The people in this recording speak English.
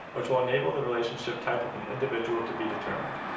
which will enable the relationship type of an individual to be determined.